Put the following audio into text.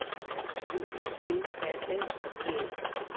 बिजली बिल कैसे भरिए?